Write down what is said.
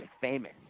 famous